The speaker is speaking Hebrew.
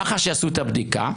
מח"ש יעשו את הבדיקה,